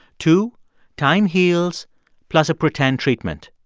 two time heals plus a pretend treatment.